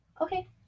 Okay